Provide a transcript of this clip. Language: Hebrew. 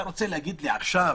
אתה רוצה להגיד לי עכשיו,